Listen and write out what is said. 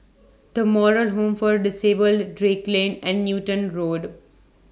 The Moral Home For Disabled Drake Lane and Newton Road